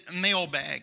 mailbag